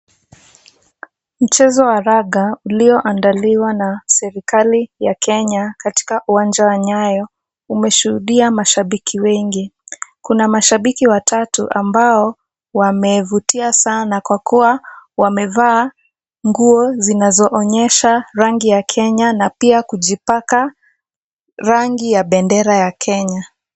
Mchezo wa raga ulioandaliwa na serikali ya Kenya katika uwanja wa Nyayo. Umeshudia mashabiki wengi. Kuna mashabiki watatu ambao wamevutia sana kwa kuwa wamevaa nguo zinazoonyesha rangi ya Kenya pia kujipaka rangi ya bendera ya Kenya.